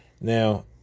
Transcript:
Now